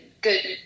good